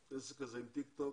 הנושא עם טיק-טוק